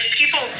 people